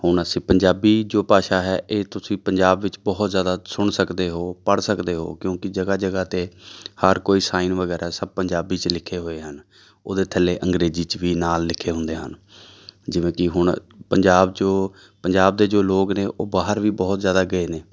ਹੁਣ ਅਸੀਂ ਪੰਜਾਬੀ ਜੋ ਭਾਸ਼ਾ ਹੈ ਇਹ ਤੁਸੀਂ ਪੰਜਾਬ ਵਿੱਚ ਬਹੁਤ ਜ਼ਿਆਦਾ ਸੁਣ ਸਕਦੇ ਹੋ ਪੜ੍ਹ ਸਕਦੇ ਹੋ ਕਿਉਂਕਿ ਜਗ੍ਹਾ ਜਗ੍ਹਾ 'ਤੇ ਹਰ ਕੋਈ ਸਾਈਨ ਵਗੈਰਾ ਸਭ ਪੰਜਾਬੀ 'ਚ ਲਿਖੇ ਹੋਏ ਹਨ ਉਹਦੇ ਥੱਲੇ ਅੰਗਰੇਜ਼ੀ 'ਚ ਵੀ ਨਾਲ ਲਿਖੇ ਹੁੰਦੇ ਹਨ ਜਿਵੇਂ ਕੀ ਹੁਣ ਪੰਜਾਬ ਜੋ ਪੰਜਾਬ ਦੇ ਜੋ ਲੋਕ ਨੇ ਉਹ ਬਾਹਰ ਵੀ ਬਹੁਤ ਜ਼ਿਆਦਾ ਗਏ ਨੇ